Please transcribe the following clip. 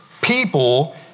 people